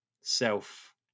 self